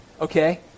okay